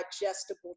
digestible